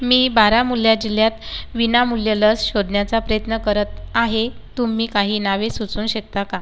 मी बारामुल्ला जिल्ह्यात विनामूल्य लस शोधण्याचा प्रयत्न करत आहे तुम्ही काही नावे सुचवू शकता का